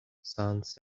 technologies